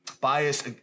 bias